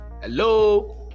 Hello